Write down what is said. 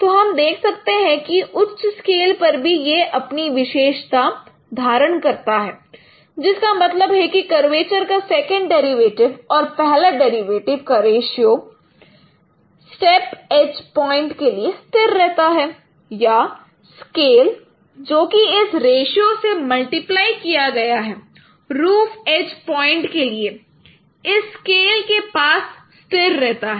तो हम देख सकते हैं कि उच्च स्केल पर भी यह अपनी विशेषता धारण करता है जिसका मतलब है कि कर्वेचर का सेकंड डेरिवेटिव और पहला डेरिवेटिव का रेशियो स्थेप एज पॉइंट के लिए स्थिर रहता है या स्केल जो कि इस रेशियो से मल्टीप्लाई किया गया है रूफ एज पॉइंट के लिए इस स्केल के पास स्थिर रहता है